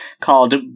called